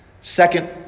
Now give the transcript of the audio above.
Second